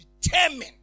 determined